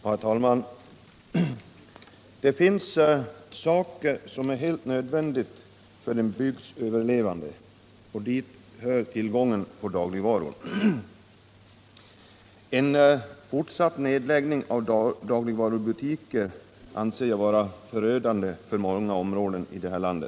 Herr talman! Det finns saker som är helt nödvändiga för att en bygd skall överleva. Dit hör tillgången på dagligvaror. En fortsatt nedläggning av dagligvarubutiker anser jag vara förödande på många områden i detta land.